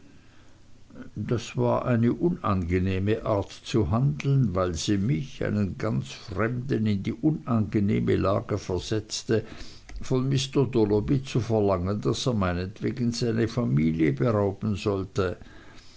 das war eine unangenehme art zu handeln weil sie mich einen ganz fremden in die unangenehme lage versetzte von mr dolloby zu verlangen daß er meinetwegen seine familie berauben sollte